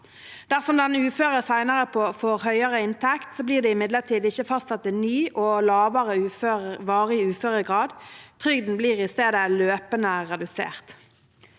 Dersom den uføre senere får høyere inntekt, blir det imidlertid ikke fastsatt en ny og lavere varig uføregrad. Trygden blir i stedet løpende redusert.